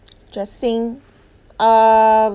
dressing uh